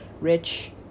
rich